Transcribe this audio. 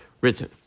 written